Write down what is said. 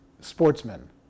sportsmen